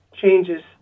changes